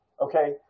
Okay